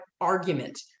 argument